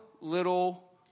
little